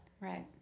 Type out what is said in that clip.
Right